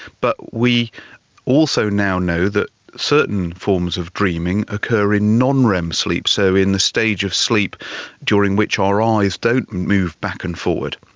but we also now know that certain forms of dreaming occur in non-rem sleep, so in the stage of sleep during which our eyes don't move back and forward.